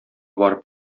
барып